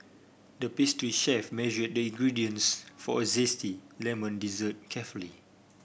the pastry chef measure the ingredients for a zesty lemon dessert carefully